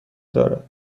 دارد